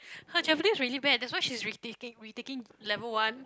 her Japanese is really bad that's why she's retaking retaking level one